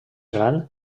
gran